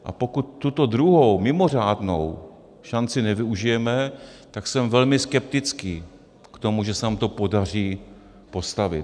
A pokud tuto druhou mimořádnou šanci nevyužijeme, tak jsem velmi skeptický k tomu, že se nám to podaří postavit.